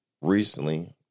recently